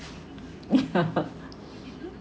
ya